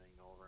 over